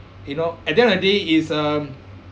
you know at the end of the day it's um